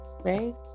Right